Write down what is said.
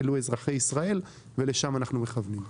אלה אזרחי ישראל ו לשם אנחנו מכוונים.